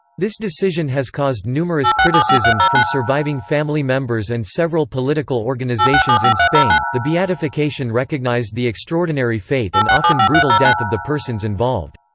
this decision has caused numerous criticisms from surviving family members and several political organisations in spain the beatification recognized the extraordinary fate and often brutal death of the persons involved.